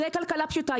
זו כלכלה פשוטה,